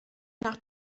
nach